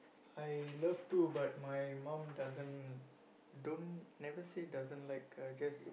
I love to but my mum doesn't don't never say doesn't like uh just